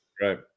Right